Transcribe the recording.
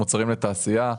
מוצרים לתעשייה,